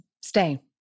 stay